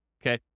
okay